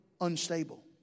unstable